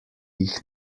jih